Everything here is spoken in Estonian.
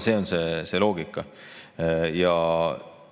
see loogika.